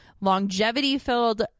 longevity-filled